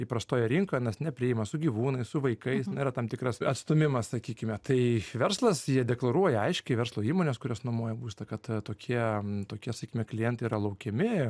įprastoje rinkoje nes nepriima su gyvūnais su vaikais na yra tam tikras atstūmimas sakykime tai verslas jie deklaruoja aiškiai verslo įmonės kurios nuomoja būstą kad tokie tokie sakykime klientai yra laukiami